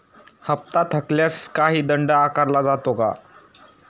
हप्ता थकल्यास काही दंड आकारला जातो का?